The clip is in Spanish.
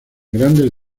grandes